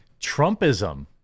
Trumpism